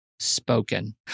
spoken